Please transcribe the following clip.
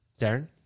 Darren